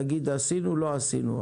תגיד: עשינו או לא עשינו.